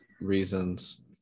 reasons